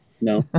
No